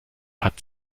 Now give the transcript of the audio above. hat